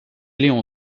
léon